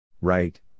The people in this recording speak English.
Right